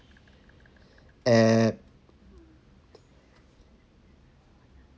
at